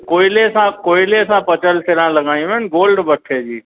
कोयले सां कोयले सां पचल सिरां लॻायूं आहिनि गोल्ड बठे जी